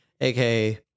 aka